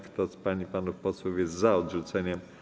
Kto z pań i panów posłów jest za odrzuceniem